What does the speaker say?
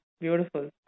beautiful